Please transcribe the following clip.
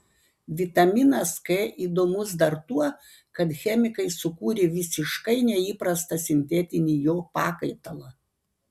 vitaminas k įdomus dar tuo kad chemikai sukūrė visiškai neįprastą sintetinį jo pakaitalą